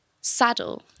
saddle